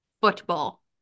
football